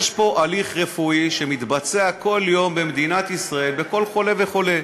יש פה הליך רפואי שמתבצע כל יום במדינת ישראל בכל חולה וחולה.